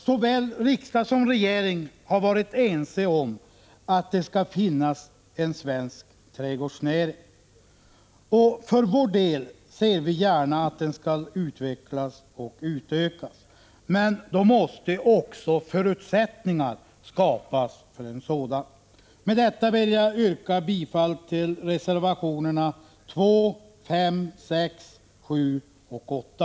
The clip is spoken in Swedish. Såväl riksdag som regering har ansett att det skall finnas en svensk trädgårdsnäring, och för vår del ser vi gärna att den skall kunna utvecklas och utökas — men då måste också förutsättningar skapas för det. Med detta vill jag yrka bifall till reservationerna 2, 5, 6, 7 och 8.